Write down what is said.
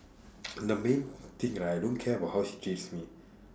the main thing right I don't care how she treats me